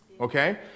okay